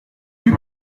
eût